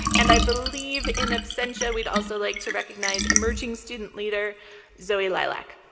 and i believe in absentia we'd also like to recognize emerging student leader zoe lilak.